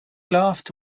laughed